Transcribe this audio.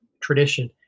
tradition